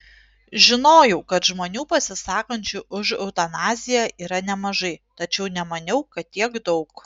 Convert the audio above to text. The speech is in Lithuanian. žinojau kad žmonių pasisakančių už eutanaziją yra nemažai tačiau nemaniau kad tiek daug